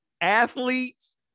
athletes